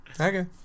Okay